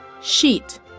Sheet